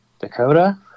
Dakota